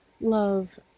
love